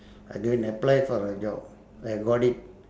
I go and apply for a job I got it